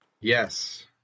Yes